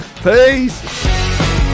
peace